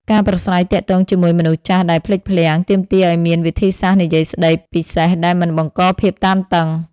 ការប្រាស្រ័យទាក់ទងជាមួយមនុស្សចាស់ដែលភ្លេចភ្លាំង ទាមទារឱ្យមានវិធីសាស្ត្រនិយាយស្តីពិសេសដែលមិនបង្កភាពតានតឹង។